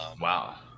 wow